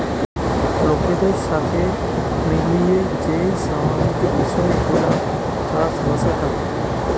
লোকদের সাথে মিলিয়ে যেই সামাজিক বিষয় গুলা চাষ বাসে থাকে